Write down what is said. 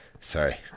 sorry